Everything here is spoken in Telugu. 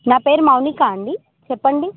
నా పేరు మౌనిక అండి చెప్పండి